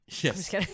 yes